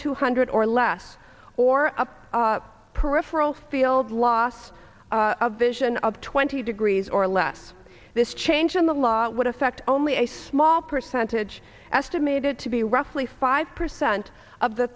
two hundred or less or a peripheral field loss a vision of twenty degrees or less this change in the law would affect only a small percentage estimated to be roughly five percent of the